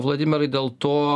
vladimirai dėl to